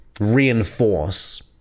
reinforce